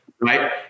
Right